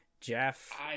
Jeff